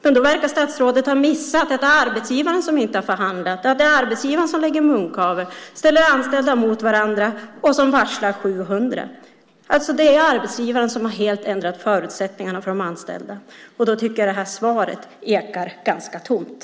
Men då verkar statsrådet ha missat att det är arbetsgivaren som inte har förhandlat, att det är arbetsgivaren som lägger munkavle, ställer anställda mot varandra och varslar 700. Det är alltså arbetsgivaren som helt har ändrat förutsättningarna för de anställda. Då tycker jag att det här svaret ekar ganska tomt.